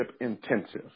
intensive